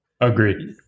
Agreed